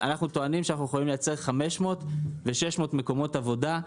אנחנו טוענים שאנחנו יכולים לייצר 500 ו-600 מקומות עבודה,